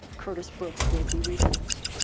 curtis brooks will be re-sentenced.